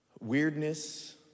weirdness